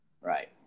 Right